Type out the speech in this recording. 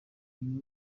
iyo